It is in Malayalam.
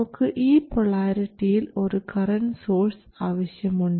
നമുക്ക് ഈ പൊളാരിറ്റിയിൽ ഒരു കറൻറ് സോഴ്സ് ആവശ്യമുണ്ട്